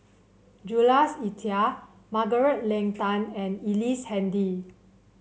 Jules Itier Margaret Leng Tan and Ellice Handy